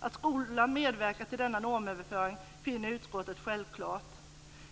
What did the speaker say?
Att skolan medverkar till denna normöverföring finner utskottet självklart.